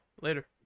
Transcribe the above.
later